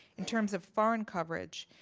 in terms of foreign coverage,